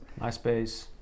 MySpace